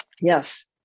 Yes